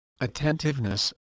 attentiveness